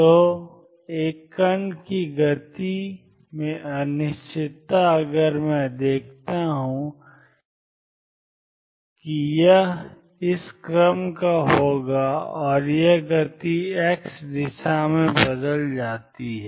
तो एक कण की गति में अनिश्चितता अगर मैं देखता हूं कि यह इस क्रम का होगा और यह गति x दिशा में बदल जाती है